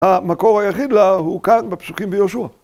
המקור היחיד הוא כאן, בפסוקים ביהושע.